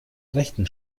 rechten